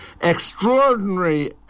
Extraordinary